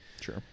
Sure